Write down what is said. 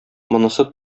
монысы